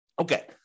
Okay